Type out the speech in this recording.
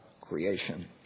creation